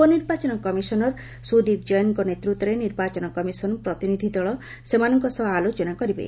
ଉପ ନିର୍ବାଚନ କମିଶନର୍ ସୁଦୀପ୍ ଜୈନଙ୍କ ନେତୃତ୍ୱରେ ନିର୍ବାଚନ କମିଶନ୍ ପ୍ରତିନିଧି ଦଳ ସେମାନଙ୍କ ସହ ଆଲୋଚନା କରିବେ